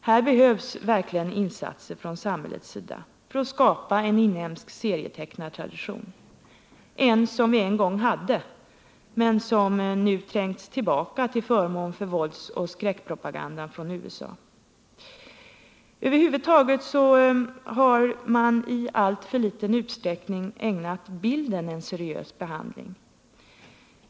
Här behövs verkligen insatser från samhällets sida för att skapa en inhemsk serietecknartradition — en som vi en gång hade men som nu trängts tillbaka till förmån för våldsoch skräckpropagandan från USA. Över huvud taget har man i alltför liten utsträckning ägnat bilden en seriös behandling.